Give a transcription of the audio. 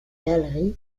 galeries